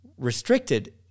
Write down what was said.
Restricted